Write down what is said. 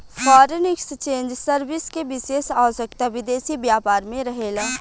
foreign exchange service के विशेष आवश्यकता विदेशी व्यापार में रहेला